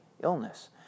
illness